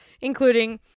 including